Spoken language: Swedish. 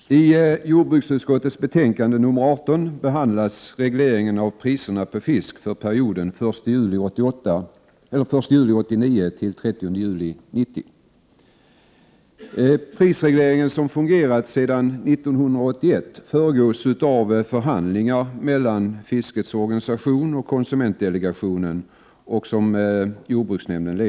Herr talman! I jordbruksutskottets betänkande 18 behandlas regleringen av priserna på fisk för perioden den 1 juli 1989 till den 30 juni 1990. Prisregleringen, som har funnits sedan 1981, föregås av förhandlingar mellan fiskets organisation och konsumentdelegationen och leds av jordbruksnämnden.